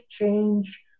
change